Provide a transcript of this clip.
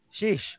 Sheesh